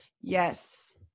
Yes